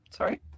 Sorry